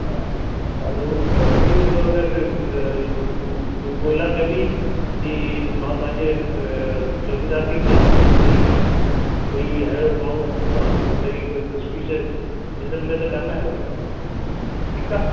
हा पर हो त सभु मिली वेंदो अगरि ॻोल्हा कबी की मां पंहिंजे चौकीदार खे बि चवांसि थो भाई भाई अहिड़ो माण्हू त हुन खे कोई सस्पीशियस ॾिसण में त कोन आहियो अहिड़ो ठीकु आहे